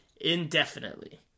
indefinitely